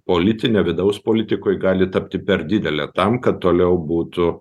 politinė vidaus politikoj gali tapti per didelė tam kad toliau būtų